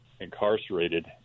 incarcerated